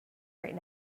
right